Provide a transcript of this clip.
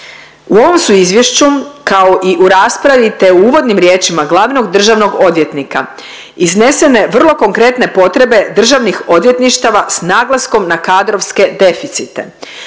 U ovom su izvješću kao i u raspravi te u uvodnim riječima glavnog državnog odvjetnika iznesene vrlo konkretne potrebe državnih odvjetništava s naglaskom na kadrovske deficite.